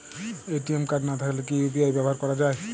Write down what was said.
ATM card না থাকলে কি ইউ.পি.আই ব্যবহার করা য়ায়?